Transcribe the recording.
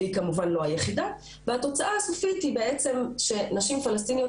והיא כמובן לא היחידה והתוצאה הסופית היא שנשים פלשתינאיות